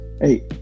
Hey